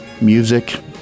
music